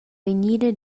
vegnida